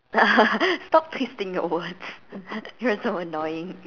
stop twisting your words you're so annoying